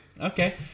Okay